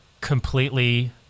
completely